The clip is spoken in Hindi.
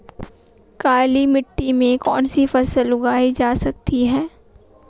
काली मिट्टी में कौनसी फसल उगाई जा सकती है?